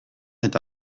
eta